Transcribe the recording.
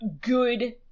good